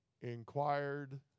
inquired